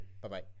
bye-bye